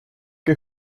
que